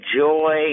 joy